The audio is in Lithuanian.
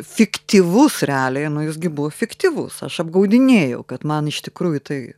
fiktyvus realiai nu jis gi buvo fiktyvus aš apgaudinėjau kad man iš tikrųjų tai